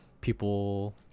people